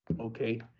okay